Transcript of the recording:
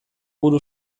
buru